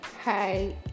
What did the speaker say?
Hi